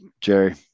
Jerry